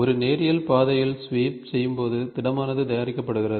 ஒரு நேரியல் பாதையில் ஸ்வீப் செய்யும்போது திடமானது தயாரிக்கப்படுகிறது